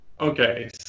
Okay